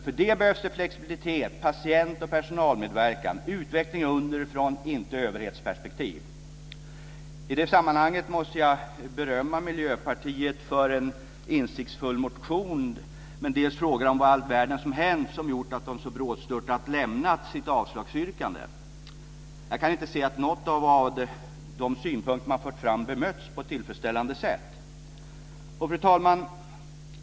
För det behövs flexibilitet, patient och personalmedverkan, utveckling underifrån, inte överhetsperspektiv. I det sammanhanget måste jag berömma Miljöpartiet för en insiktsfull motion, men också fråga dem vad i all världen som hänt som gjort att de så brådstörtat lämnat sitt avslagsyrkande. Jag kan inte se att någon av de synpunkter man har fört fram har bemötts på ett tillfredsställande sätt. Fru talman!